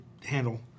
handle